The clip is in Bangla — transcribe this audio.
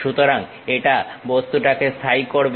সুতরাং এটা বস্তুটাকে স্থায়ী করবে